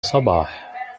صباح